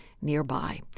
nearby